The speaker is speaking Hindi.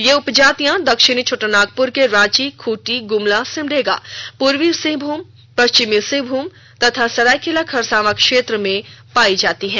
ये उपजातियां दक्षिणी छोटानागपुर के रांची खूंटी गुमला सिमडेगा पूर्वी सिंहभूम पश्चिमी सिंहभूम तथा सरायकेला खरसावां क्षेत्र में पायी जाती हैं